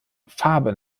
farbe